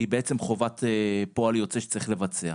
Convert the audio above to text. היא בעצם חובת פועל יוצא שצריך לבצע.